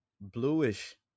bluish